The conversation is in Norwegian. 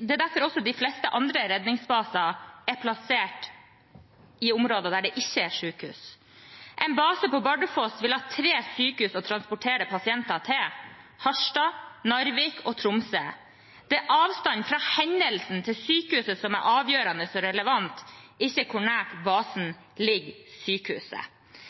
derfor de fleste andre redningsbaser er plassert i områder der det ikke er sykehus. En base på Bardufoss vil ha tre sykehus å transportere pasienter til: Harstad, Narvik og Tromsø. Det er avstanden fra hendelsen til sykehuset som er avgjørende og relevant, ikke hvor nært sykehuset basen ligger.